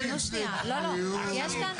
שלום לכולם.